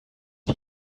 die